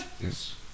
Yes